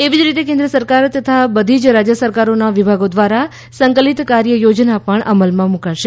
એવી જ રીતે કેન્દ્ર સરકાર તથા બધી જ રાજ્ય સરકારોના વિભાગો દ્વારા સંકલિત કાર્યયોજના પણ અમલમાં મૂકાશે